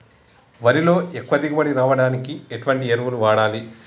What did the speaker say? వరిలో ఎక్కువ దిగుబడి రావడానికి ఎటువంటి ఎరువులు వాడాలి?